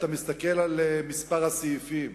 אתה מסתכל על מספר הסעיפים,